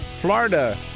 Florida